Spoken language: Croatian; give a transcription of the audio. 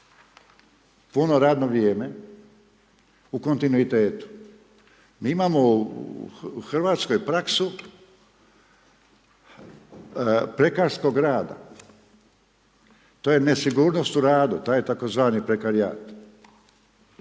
puno radno vrijeme u kontinuitetu. Mi imamo u Hrvatskoj praksu prekarskog rada, to je nesigurnost u radu, taj tzv. prekarijat.